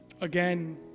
again